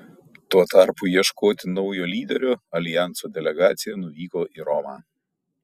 tuo tarpu ieškoti naujo lyderio aljanso delegacija nuvyko į romą